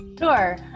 Sure